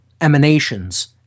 emanations